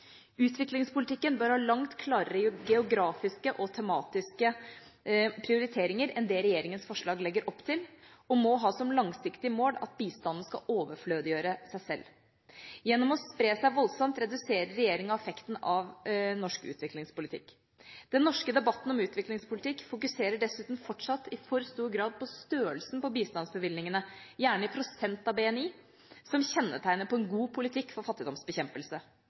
Utviklingspolitikken bør ha langt klarere geografiske og tematiske prioriteringer enn det regjeringas forslag legger opp til, og må ha som langsiktig mål at bistanden skal overflødiggjøre seg sjøl. Gjennom å spre seg voldsomt reduserer regjeringa effekten av norsk utviklingspolitikk. Den norske debatten om utviklingspolitikk fokuserer dessuten fortsatt i for stor grad på størrelsen på bistandsbevilgningene, gjerne i prosent av BNI, som kjennetegnet på en god politikk for fattigdomsbekjempelse.